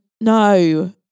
No